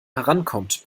herankommt